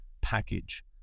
package